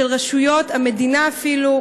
של רשויות המדינה אפילו,